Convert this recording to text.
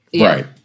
Right